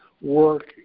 work